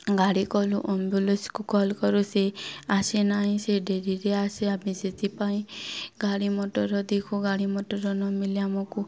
ଗାଡ଼ି କଲୁ ଆମ୍ବୁଲେନ୍ସକୁ କଲ୍ କରୁ ସେ ଆସେ ନାହିଁ ସେ ଡେରିରେ ଆସେ ଆମେ ସେଥିପାଇଁ ଗାଡ଼ି ମଟର ଦେଖୁ ଗାଡ଼ି ମଟର ନମିଳିଲେ ଆମକୁ